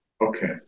Okay